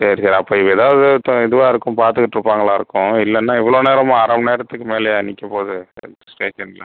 சரி சரி அப்போ ஏதாவது இப்போ இதுவாக இருக்கும் பார்த்துக்கிட்ருப்பாங்களா இருக்கும் இல்லைன்னா இவ்வளோ நேரமா அர மணிநேரத்துக்கு மேலேயா நிற்கப்போது ஸ்டேஷன்ல